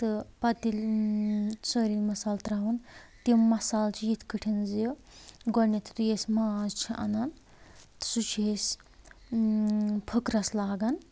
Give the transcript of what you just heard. تہٕ پَتہٕ ییٚلہِ سٲری مَصال ترٛاوان تِم مَصال چھِ یِتھ کٔٹھۍ زِ گۄڈٕنٮ۪تھ یُتھُے أسۍ ماز چھِ اَنان سُہ چھِ أسۍ پھٕکرَس لاگان